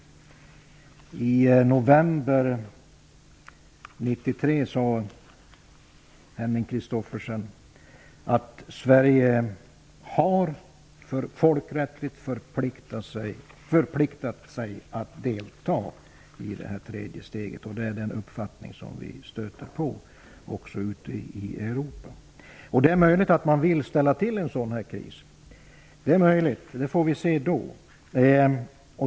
I november 1993 sade Henning Christophersen att Sverige folkrättsligt har förpliktat sig att delta i det tredje steget. Det är den uppfattningen vi stöter på ute i Europa. Det är möjligt att man vill ställa till med en sådan kris. Det är något som återstår att se.